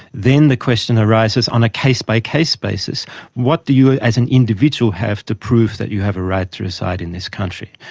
then the question arises on a case-by-case basis what do you as an individual have to prove that you have a right to reside in this country?